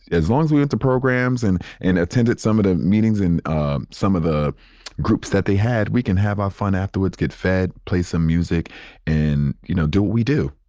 as long as we went to programs and, and attended some of the meetings and um some of the groups that they had, we can have our fun afterwards, get fed, play some music and, you know, do what we do.